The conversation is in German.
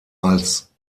als